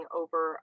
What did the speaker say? over